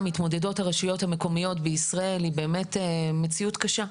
מתמודדות הרשויות המקומיות בישראל היא באמת מציאות קשה.